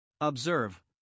Observe